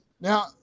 Now